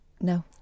No